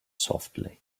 softly